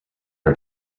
our